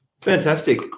Fantastic